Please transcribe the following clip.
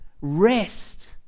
Rest